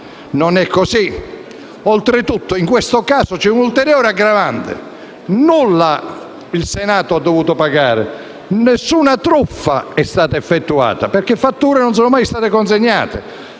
Non è così. Oltretutto in questo caso vi è una ulteriore aggravante. Nulla la Camera ha dovuto pagare: nessuna truffa è stata perpetrata, perché non sono mai state consegnate